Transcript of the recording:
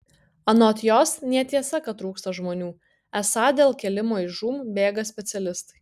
anot jos netiesa kad trūksta žmonių esą dėl kėlimo iš žūm bėga specialistai